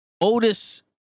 Otis